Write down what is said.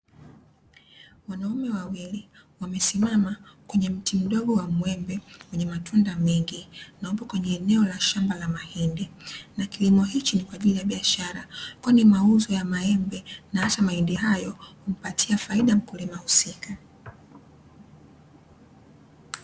Wanaume wawili wamesimama kwenye mti mdogo wa mwembe wenye matunda mengi na upo kwenye eneo la shamba la mahindi. Na kilimo hichi ni kwa ajili ya biashara kwani mauzo ya maembe na hasa mahindi hayo humpatia faida mkulima husika.